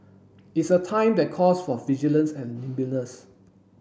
it's a time that calls for vigilance and nimbleness